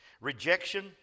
Rejection